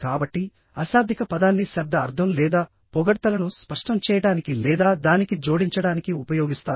కాబట్టి అశాబ్దిక పదాన్ని శబ్ద అర్ధం లేదా పొగడ్తలను స్పష్టం చేయడానికి లేదా దానికి జోడించడానికి ఉపయోగిస్తారు